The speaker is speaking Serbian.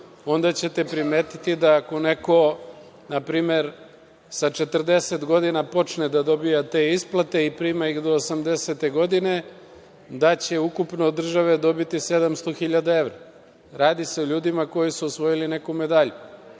onda ćete primetiti da ako neko npr. sa 40 godina počne da dobija te isplate i prima ih do 80. godine, da će ukupno od države dobiti 700.000 evra. Radi se o ljudima koji su osvojili neku medalju. Sa